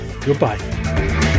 goodbye